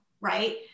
Right